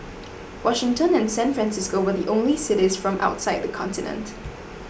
Washington and San Francisco were the only cities from outside the continent